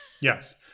Yes